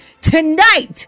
tonight